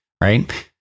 right